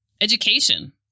Education